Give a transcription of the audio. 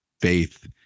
faith